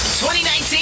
2019